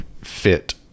fit